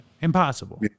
Impossible